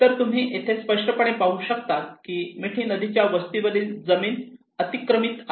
तर तुम्ही इथे स्पष्टपणे पाहू शकतात की मिठी नदीकाठच्या वस्तीवरील जमीन अतिक्रमित आहे